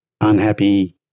unhappy